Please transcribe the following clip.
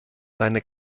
seine